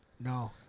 No